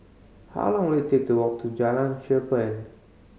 how long will it take to walk to Jalan Cherpen